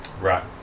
Right